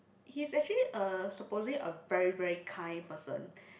he's actually a supposedly a very very kind person